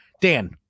Dan